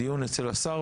בדיון אצל השר,